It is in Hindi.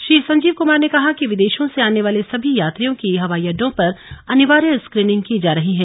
श्री संजीव कुमार ने कहा कि विदेशों से आने वाले सभी यात्रियों की हवाई अड्डों पर अनिवार्य स्क्रीनिंग की जा रही है